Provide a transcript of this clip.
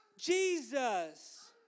Jesus